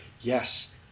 yes